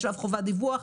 יש עליו חובת דיווח,